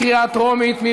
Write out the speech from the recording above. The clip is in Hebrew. בקריאה טרומית.